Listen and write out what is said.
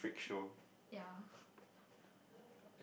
ya